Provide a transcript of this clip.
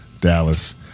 Dallas